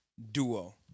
Duo